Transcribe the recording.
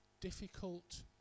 difficult